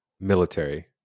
military